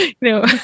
no